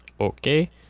okay